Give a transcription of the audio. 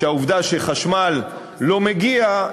שבשל העובדה שחשמל לא מגיע,